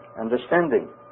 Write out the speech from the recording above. understanding